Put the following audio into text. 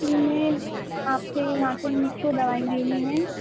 میں آپ کے یہاں سے مجھ سے دوائی لینی ہے